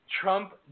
Trump